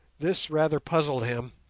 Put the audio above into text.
this rather puzzled him,